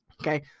Okay